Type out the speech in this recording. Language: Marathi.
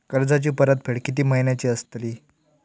कर्जाची परतफेड कीती महिन्याची असतली?